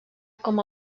com